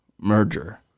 merger